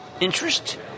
interest